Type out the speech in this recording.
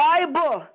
Bible